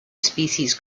species